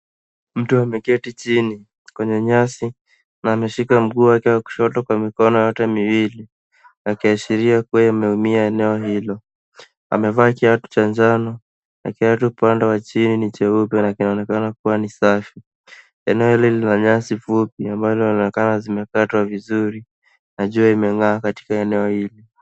Mtu ameketi chini kwenye nyasi na anashika mguu wake wa kushoto kwa mikono yote miwili akiashiria kuwa imeumia eneo hilo. Amevaa kiatu cha njano na kiatu upanda wa chini kinaonekana kuwa ni cheupe na kinaonekana kuwa ni safi. Eneo hili la nyasi fupi ambalo linaonekana zimekatwa vizuri najua limeng'aa katika eneo hili.